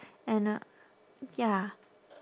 and a ya